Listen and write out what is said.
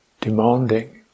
demanding